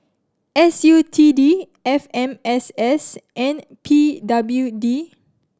S U T D F M S S and P W D